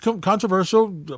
Controversial